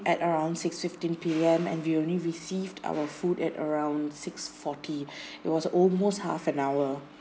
at around six fifteen P_M and we only received our food at around six forty it was almost half an hour